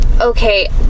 okay